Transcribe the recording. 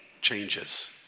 changes